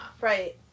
right